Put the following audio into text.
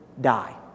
die